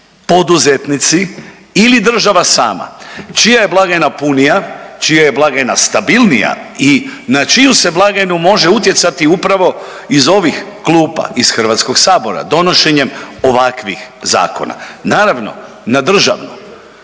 poduzetnici ili država sama? Čija je blagajna punija? Čija je blagajna stabilnija? I na čiju se blagajnu može utjecati upravo iz ovih klupa iz Hrvatskoga sabora donošenjem ovakvih zakona? Naravno na državnu.